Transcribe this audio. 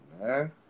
man